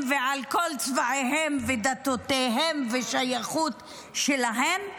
ועל כל צבעיהן ודתותיהן והשייכות שלהן,